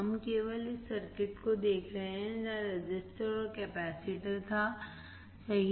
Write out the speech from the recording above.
हम केवल इस सर्किट को देख रहे हैं जहां रजिस्टर और कैपेसिटर था सही